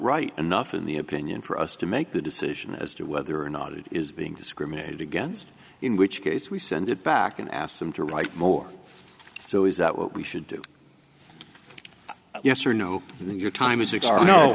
write enough in the opinion for us to make the decision as to whether or not it is being discriminated against in which case we send it back and ask them to write more so is that what we should do yes or no and your time is